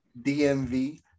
DMV